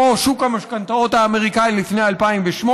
בדיוק כמו שוק המשכנתאות האמריקני לפני 2008,